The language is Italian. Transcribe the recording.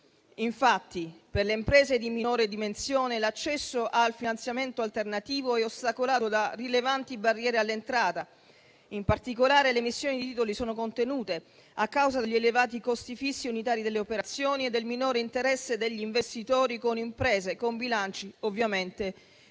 Infatti, per le imprese di minore dimensione l'accesso al finanziamento alternativo è ostacolato da rilevanti barriere all'entrata. In particolare, le emissioni di titoli sono contenute a causa degli elevati costi fissi unitari delle operazioni e del minore interesse degli investitori con imprese con bilanci ovviamente di